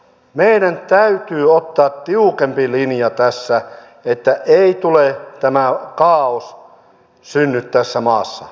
meidän täytyy ottaa tiukempi linja tässä että ei kaaos synny tässä maassa